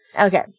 Okay